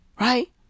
Right